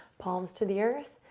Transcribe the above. palms to the earth,